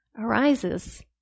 arises